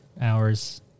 hours